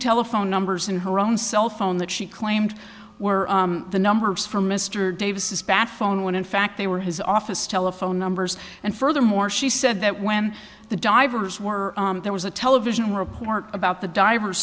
telephone numbers in her own cell phone that she claimed were the numbers from mr davis's back phone when in fact they were his office telephone numbers and furthermore she said that when the divers were there was a television report about the divers